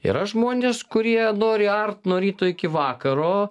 yra žmonės kurie nori art nuo ryto iki vakaro